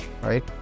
Right